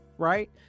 Right